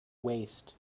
waste